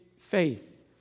faith